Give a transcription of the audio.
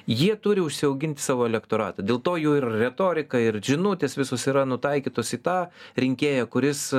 jie turi užsiaugint savo elektoratą dėl to jų ir retorika ir žinutės visos yra nutaikytos į tą rinkėją kuris